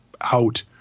out